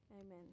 Amen